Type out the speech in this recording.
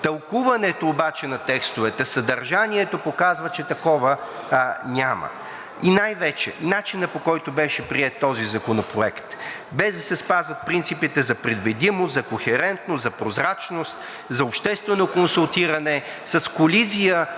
тълкуването на текстовете обаче, съдържанието показва, че такова няма и най-вече начинът, по който беше приет този законопроект, без да се спазват принципите за предвидимост, кохерентност, прозрачност, обществено консултиране, с колизия